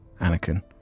Anakin